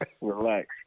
relax